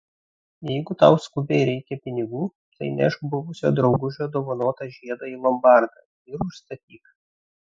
jeigu tau skubiai reikia pinigų tai nešk buvusio draugužio dovanotą žiedą į lombardą ir užstatyk